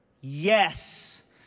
yes